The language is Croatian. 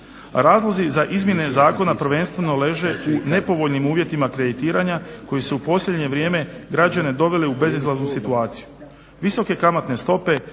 Razlozi za izmjene zakona prvenstveno leže u nepovoljnim uvjetima kreditiranja koji su u posljednje vrijeme građane doveli u bezizlaznu situaciju.